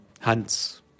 Hans